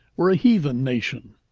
were a heathen nation,